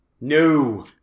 No